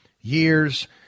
years